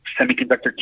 semiconductor